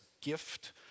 gift